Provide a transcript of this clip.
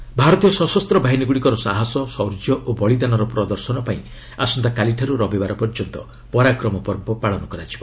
ପରାକ୍ରମ ପର୍ବ ଭାରତୀୟ ସଶସ୍ତ ବାହିନୀଗୁଡ଼ିକର ସାହସ ସୌର୍ଯ୍ୟ ଓ ବଳୀଦାନର ପ୍ରଦର୍ଶନ ପାଇଁ ଆସନ୍ତାକାଲିଠାରୁ ରବିବାର ପର୍ଯ୍ୟନ୍ତ ପରାକ୍ରମ ପର୍ବ ପାଳନ କରାଯିବ